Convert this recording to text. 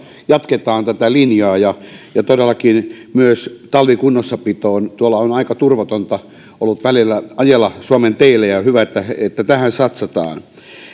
jatketaan tätä linjaa ja ja todellakin satsataan myös talvikunnossapitoon on aika turvatonta ollut välillä ajella suomen teillä hyvä että että tähän satsataan